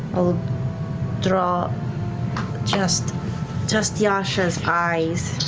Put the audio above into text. i'll draw just just yasha's eyes.